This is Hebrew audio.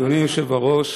אדוני היושב-ראש,